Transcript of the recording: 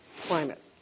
climate